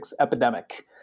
epidemic